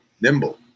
nimble